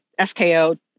SKO